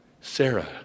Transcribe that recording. Sarah